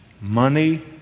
Money